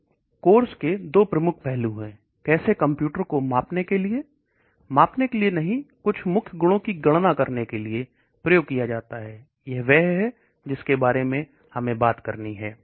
तो कोर्स के दो प्रमुख पहलू हैं ऐसे कंप्यूटर को मापने के लिए मापने के लिए नहीं कुछ मुख्य गुणों की गणना करने के लिए प्रयोग किया जाता है यह वह है जिसके बारे में हमें बात करनी है